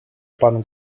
pan